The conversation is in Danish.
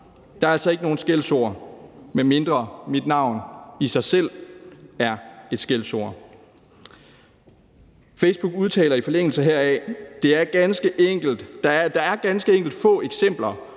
Der er altså ikke nogen skældsord, medmindre mit navn i sig selv er et skældsord. Facebook udtaler i forlængelse heraf: Der er ganske enkelt få eksempler,